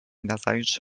nazajutrz